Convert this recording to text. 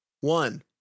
One